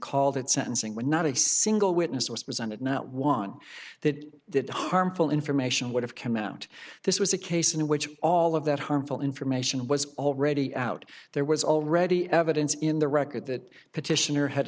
called that sentencing would not a single witness was presented not one that that harmful information would have come out this was a case in which all of that harmful information was already out there was already evidence in the record that the petitioner had